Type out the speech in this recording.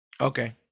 Okay